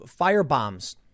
firebombs